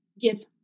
give